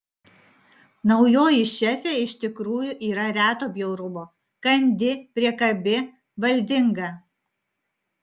naujoji šefė iš tikrųjų yra reto bjaurumo kandi priekabi valdinga